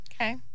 Okay